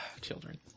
Children